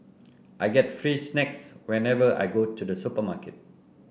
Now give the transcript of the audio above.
I get free snacks whenever I go to the supermarket